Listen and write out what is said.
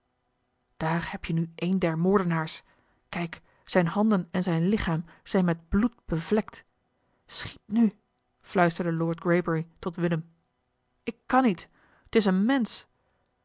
daar heb je nu een der moordenaars kijk zijne handen en zijn lichaam zijn met bloed bevlekt schiet nu fluisterde lord greybury tot willem ik kan niet t is een mensch